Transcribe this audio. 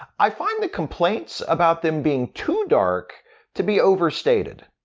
i find the complaints about them being too dark to be overstated.